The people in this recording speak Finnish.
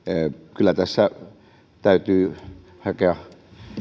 kyllä tässä täytyy hakea